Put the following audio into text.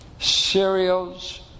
cereals